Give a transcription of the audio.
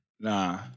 Nah